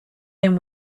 him